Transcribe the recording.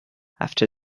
after